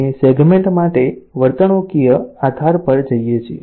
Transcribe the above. અમે સેગ્મેન્ટ માટે વર્તણૂકીય આધાર પર જઈએ છીએ